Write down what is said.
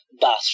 bathroom